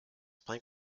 plank